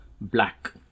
black